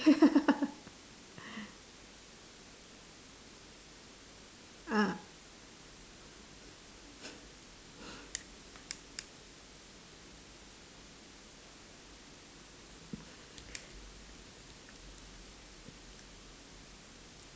ah